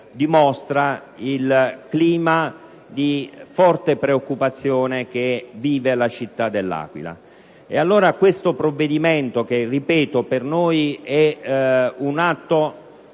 dimostra il clima di forte preoccupazione che vive la città dell'Aquila. Allora questo provvedimento, che - ripeto - per noi è un atto